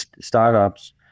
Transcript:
startups